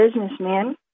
businessman